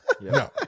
No